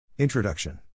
Introduction